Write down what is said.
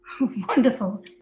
wonderful